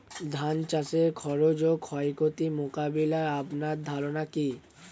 ধান চাষের খরচ ও ক্ষয়ক্ষতি মোকাবিলায় আপনার ধারণা কী?